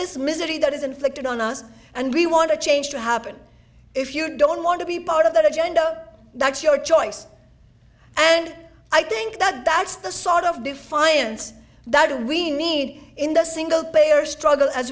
this misery that is inflicted on us and we want to change to happen if you don't want to be part of that agenda that's your choice and i think that that's the sort of defiance that we need in the single payer struggle as